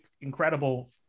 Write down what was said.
incredible